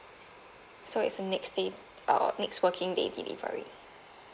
so it's the next day uh next working day delivery